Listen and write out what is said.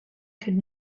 could